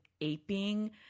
aping